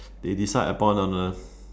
they decide upon on a